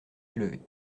élevée